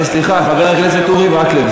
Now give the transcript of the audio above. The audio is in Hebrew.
סליחה, חבר הכנסת אורי מקלב.